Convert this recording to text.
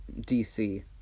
DC